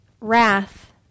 wrath